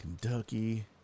Kentucky